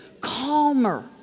calmer